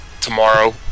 tomorrow